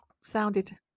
sounded